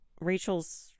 Rachel's